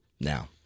Now